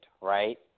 right